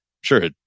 Sure